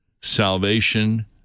Salvation